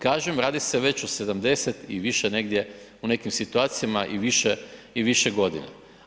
Kažem, radi se već o 70 i više negdje, u nekim situacijama i više i više godina.